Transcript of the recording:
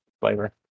flavor